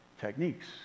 techniques